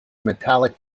metallic